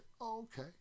okay